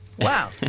Wow